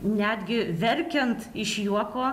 netgi verkiant iš juoko